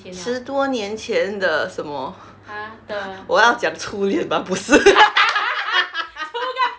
十多年前的什么 我要讲初恋 but 不是